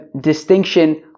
distinction